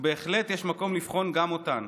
בהחלט יש מקום לבחון גם אותן,